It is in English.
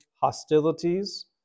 hostilities